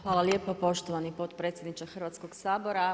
Hvala lijepo poštovani potpredsjedniče Hrvatskog sabora.